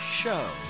show